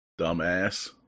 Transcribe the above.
Dumbass